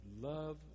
love